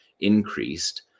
increased